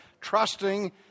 trusting